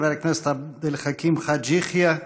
חבר הכנסת עבד אל חכים חאג' יחיא.